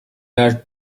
are